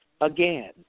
again